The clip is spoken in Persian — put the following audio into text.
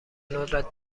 ندرت